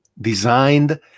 designed